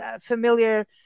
familiar